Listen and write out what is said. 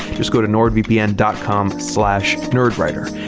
just go to nordvpn com nerdwriter.